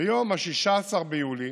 ביום 16 ביולי